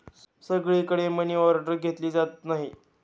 सगळीकडे मनीऑर्डर घेतली जात नाही